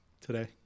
today